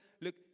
Look